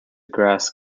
grass